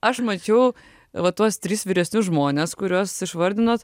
aš mačiau va tuos tris vyresnius žmones kuriuos išvardinot